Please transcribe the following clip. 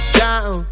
down